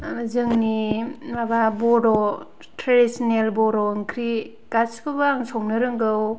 जोंनि माबा बड' ट्रेडिसनेल बर' ओंख्रि गासिखौबो आं संनो रोंगौ